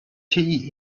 tea